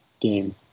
game